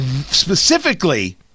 specifically